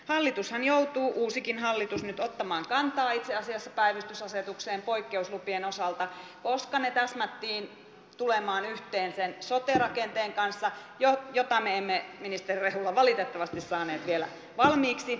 hallitushan joutuu uusikin hallitus nyt ottamaan kantaa itse asiassa päivystysasetukseen poikkeuslupien osalta koska ne täsmättiin tulemaan yhteen sen sote rakenteen kanssa jota me emme ministeri rehula valitettavasti saaneet vielä valmiiksi